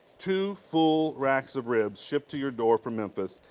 two full racks of ribs shipped to your door from memphis,